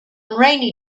rainy